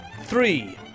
three